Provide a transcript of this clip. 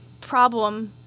problem